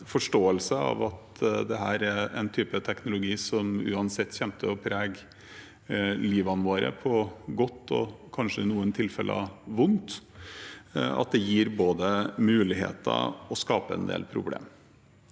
forståelse av at dette er en type teknologi som uansett kommer til å prege livet vårt på godt og – kanskje i noen tilfeller – vondt, og at det både gir muligheter og skaper en del problemer.